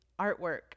artwork